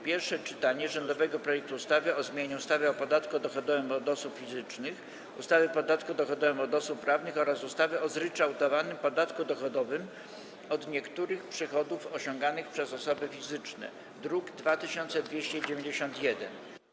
Pierwsze czytanie rządowego projektu ustawy o zmianie ustawy o podatku dochodowym od osób fizycznych, ustawy o podatku dochodowym od osób prawnych oraz ustawy o zryczałtowanym podatku dochodowym od niektórych przychodów osiąganych przez osoby fizyczne, druk nr 2291.